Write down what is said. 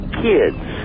kids